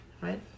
right